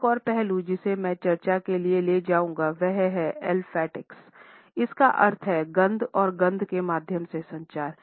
एक और पहलू जिसे मैं चर्चा के लिए ले जाऊंगा वह है ओल्फैटिक्स है जिसका अर्थ है गंध और गंध के माध्यम से संचार